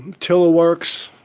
tiller works,